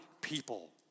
people